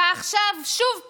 ועכשיו שוב פעם,